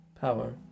power